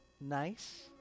Nice